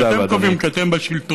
אתם קובעים, כי אתם בשלטון.